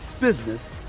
business